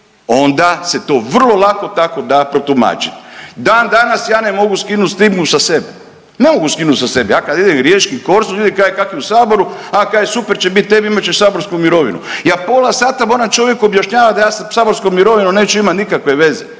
onda se to vrlo lako tako da protumačiti. Dan danas ja ne mogu skinuti stigmu sa sebe. Ne mogu skinuti sa sebe, ja kada idem riječkim Korzom ljudi kažu kako je u Saboru, a kaže – super će biti tebi imat ćeš saborsku mirovinu. Ja pola sata moram čovjeku objašnjavati da ja sa saborskom mirovinom neću imati nikakve veze.